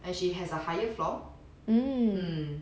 and she has a higher floor